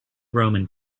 roman